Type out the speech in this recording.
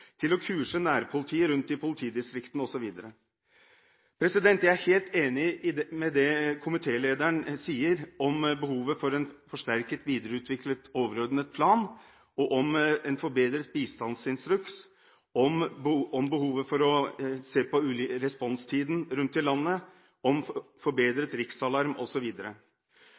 til å kurse nærpolitiet rundt i politidistriktene, osv. Jeg er helt enig i det komitélederen sier om behovet for en forsterket videreutviklet, overordnet plan om en forbedret bistandsinstruks, om behovet for å se på responstiden rundt i landet, om forbedret riksalarm,